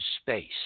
space